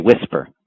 whisper